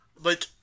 Like-